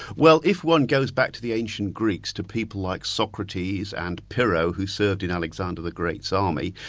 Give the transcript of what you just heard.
well, if one goes back to the ancient greeks, to people like socrates, and pyrrho, who served in alexander the great's army,